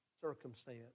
circumstance